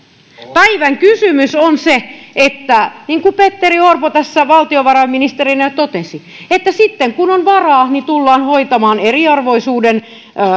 päivän kysymys on se niin kuin petteri orpo tässä valtiovarainministerinä totesi että sitten kun on varaa tullaan hoitamaan eriarvoisuuden